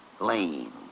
lane